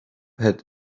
had